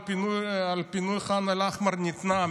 על פינוי ח'אן אל-אחמר ניתנה,